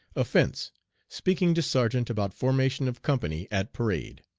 offense speaking to sergeant about formation of company at parade.